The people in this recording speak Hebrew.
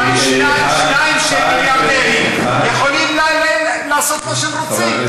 אבל שניים שהם מיליארדרים יכולים לעשות מה שהם רוצים,